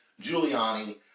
Giuliani